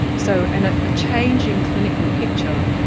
so and ah a changing clinical picture,